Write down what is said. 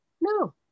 No